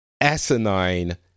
asinine